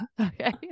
Okay